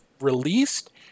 released